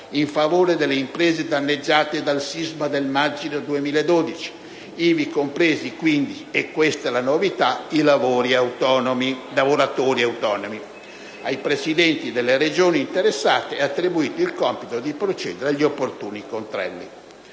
in favore delle imprese danneggiate dal sisma del maggio 2012, ivi compresi quindi - e questa è la novità - i lavoratori autonomi. Ai presidenti delle Regioni interessate è attribuito il compito di procedere agli opportuni controlli.